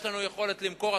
יש לנו יכולת למכור,